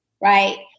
right